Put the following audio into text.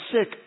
sick